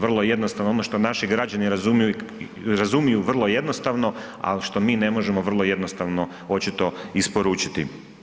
Vrlo jednostavno, ono što naši građani razumiju vrlo jednostavno, al što mi ne možemo vrlo jednostavno očito isporučiti.